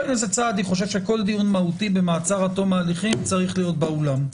הוא חושב שכל דיון מהותי במעצר עד תום ההליכים צריך להיות באולם.